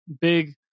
big